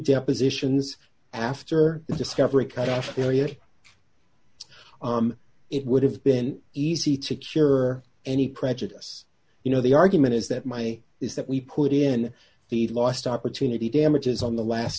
depositions after discovery cafeteria it would have been easy to cure any prejudice you know the argument is that my is that we put in the last opportunity damages on the last